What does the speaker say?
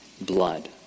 blood